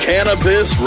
Cannabis